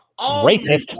Racist